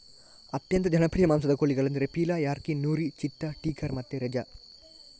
ಅತ್ಯಂತ ಜನಪ್ರಿಯ ಮಾಂಸದ ಕೋಳಿಗಳೆಂದರೆ ಪೀಲಾ, ಯಾರ್ಕಿನ್, ನೂರಿ, ಚಿತ್ತಾ, ಟೀಕರ್ ಮತ್ತೆ ರೆಜಾ